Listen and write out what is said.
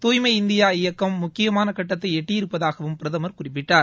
தூய்மை இந்தியா இயக்கம் முக்கியமான கட்டத்தை எட்டியிருப்பதாகவும் பிரதமர் குறிப்பிட்டார்